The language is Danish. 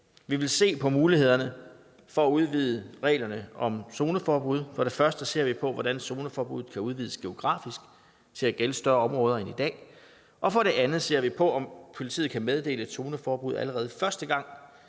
Vi vil se på mulighederne for at udvide reglerne om zoneforbud. For det første ser vi på, hvordan zoneforbuddet kan udvides geografisk til at gælde større områder end i dag, og for det andet ser vi på, om politiet kan meddele et zoneforbud, allerede første gang